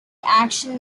action